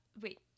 wait